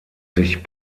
sich